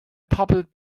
puppet